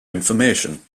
information